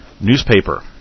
newspaper